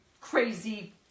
crazy